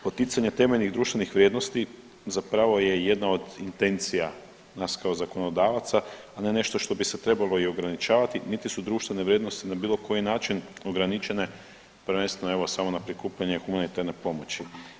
Poticanje temeljnih društvenih vrijednosti zapravo je jedna od intencija nas kao zakonodavaca, a ne nešto što bi se trebalo i ograničavati niti su društvene vrijednosti na bilo koji način ograničene prvenstveno evo samo na prikupljanje humanitarne pomoći.